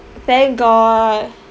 thank god